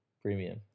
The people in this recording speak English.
Premium